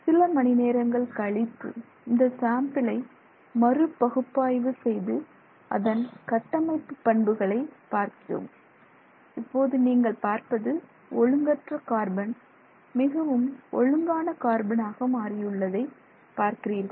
சில மணிநேரங்கள் கழித்து இந்த சாம்பிளை மறு பகுப்பாய்வு செய்து அதன் கட்டமைப்பு பண்புகளை பார்க்கிறோம் இப்போது நீங்கள் பார்ப்பது ஒழுங்கற்ற கார்பன் மிகவும் ஒழுங்கான கார்பனாக மாறியுள்ளதை பார்க்கிறீர்கள்